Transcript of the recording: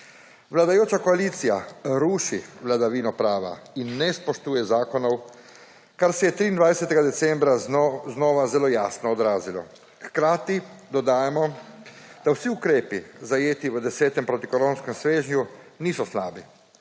Vladajoča koalicija ruši vladavino prava in ne spoštuje zakonov, kar se je 23. decembra znova zelo jasno odrazilo. Hkrati dodajamo, da vsi ukrepi, zajeti v 10. protikoronskem svežnju, niso slabi.